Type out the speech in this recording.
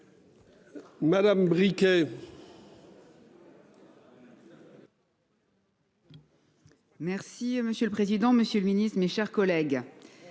Madame briquet.